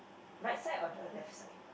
right side or the left side